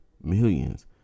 millions